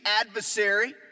adversary